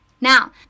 Now